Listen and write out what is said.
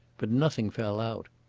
but nothing fell out.